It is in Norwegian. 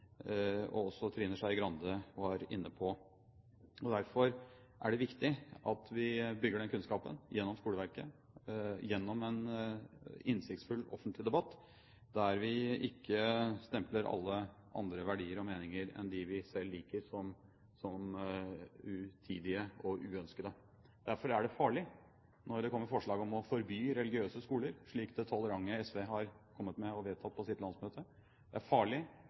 og også Trine Skei Grande – var inne på. Derfor er det viktig at vi bygger den kunnskapen gjennom skoleverket, gjennom en innsiktsfull offentlig debatt, der vi ikke stempler alle andre verdier og meninger enn dem vi selv liker, som utidige og uønskede. Derfor er det farlig når det kommer forslag om å forby religiøse skoler, slik det tolerante SV har kommet med og vedtatt på sitt landsmøte. Det er farlig